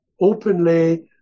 openly